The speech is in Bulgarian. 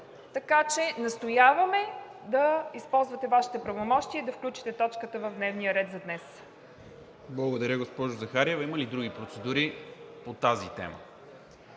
Така че настояваме да използвате Вашите правомощия и да включите точката в дневния ред за днес. ПРЕДСЕДАТЕЛ НИКОЛА МИНЧЕВ: Благодаря, госпожо Захариева. Има ли други процедури по тази тема?